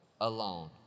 alone